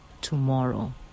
tomorrow